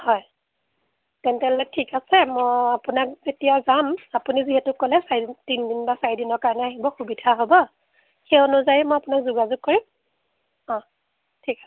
হয় তেন্তে হ'লে ঠিক আছে মই আপোনাক যেতিয়া যাম আপুনি যিহেতু ক'লে চাৰিদিন তিনিদিন বা চাৰিদিনৰ কাৰণে আহিব সুবিধা হ'ব সেই অনুযায়ী মই আপোনাক যোগাযোগ কৰিম অঁ ঠিক আছে